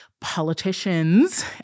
politicians